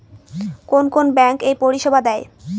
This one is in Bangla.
কোন কোন ব্যাঙ্ক এই পরিষেবা দেয়?